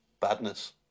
badness